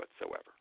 whatsoever